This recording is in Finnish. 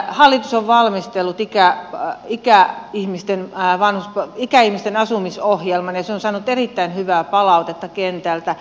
hallitus on valmistellut ikäihmisten asumisohjelman ja se on saanut erittäin hyvää palautetta kentältä